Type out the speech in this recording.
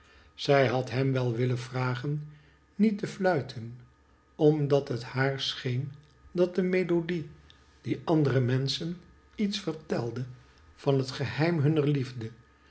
zij had hem wel willen vragen niet te fluiten omdat het haar scheen dat de melodie dien anderen menschen iets vertelde van het geheim hunner liefde